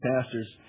pastors